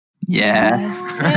yes